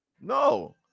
No